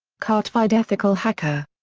certfied ethical hacker.